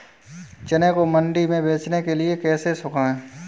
चने को मंडी में बेचने के लिए कैसे सुखाएँ?